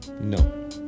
no